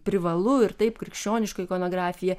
privalu ir taip krikščioniška ikonografija